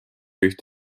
üht